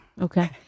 Okay